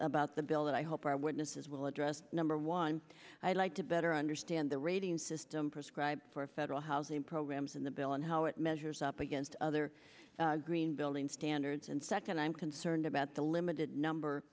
about the bill that i hope our witnesses will address number one i'd like to better understand the rating system prescribe for federal housing programs in the bill and how it measures up against other green building standards and second i'm concerned about the limited number